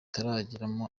ariko